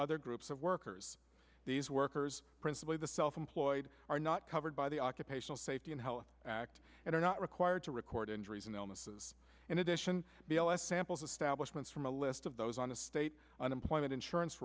other groups of workers these workers principally the self employed are not covered by the occupational safety and health act and are not required to record injuries and illnesses in addition b l s samples establishment from a list of those on the state unemployment insurance